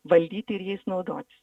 valdyti ir jais naudotis